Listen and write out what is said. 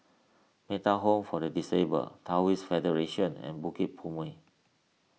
Metta Home for the Disabled Taoist Federation and Bukit Purmei